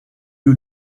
you